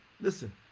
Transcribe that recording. listen